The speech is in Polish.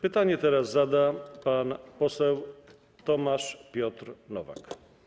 Pytanie teraz zada pan poseł Tomasz Piotr Nowak.